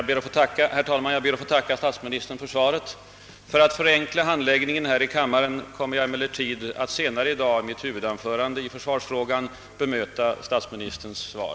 Herr talman! Jag ber att få tacka statsministern för svaret. För att förenkla handläggningen här i kammaren kommer jag emellertid att i mitt huvudanförande i försvarsfrågan senare i dag bemöta statsministerns svar.